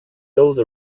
those